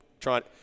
trying